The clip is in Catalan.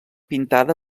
pintada